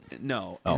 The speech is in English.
No